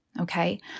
Okay